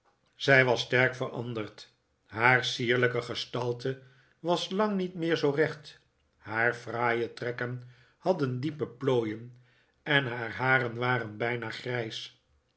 zij was sterk veranderd haar sierlijke gestalte was lang niet meer zoo recht haar fraaie trekken hadden diepe plooien en haar haren waren bijna grijs